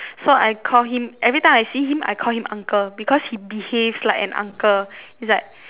so I call him every time I see him I call him uncle because he behaves like an uncle is like